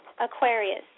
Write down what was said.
Aquarius